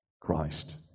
Christ